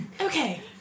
Okay